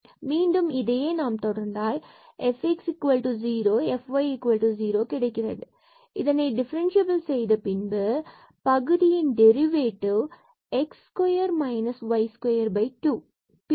எனவே மீண்டும் இதை தொடர்ந்தால் நமக்கு இந்த நிலையில் fx0 and fy0 கிடைக்கிறது இதை டிபரன்சியேட் செய்த பின்பு இந்த பகுதியின் derivative x square minus y square 2